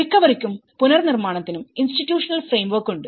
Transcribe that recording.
റിക്കവറിക്കുംപുനർനിർമ്മാണത്തിനും institutional ഫ്രെയിംവർക്കുമുണ്ട്